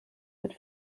mit